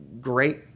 great